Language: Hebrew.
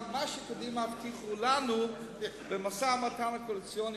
מה שקדימה הבטיחו לנו במשא-ומתן הקואליציוני